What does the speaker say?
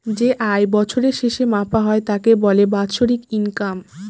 যে আয় বছরের শেষে মাপা হয় তাকে বলে বাৎসরিক ইনকাম